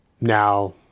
Now